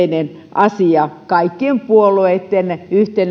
yhteisiä asioita kaikkien puolueitten